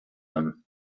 them